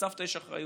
לסבתא יש אחריות.